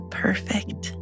perfect